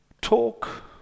talk